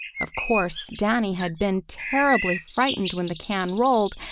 of course danny had been terribly frightened when the can rolled,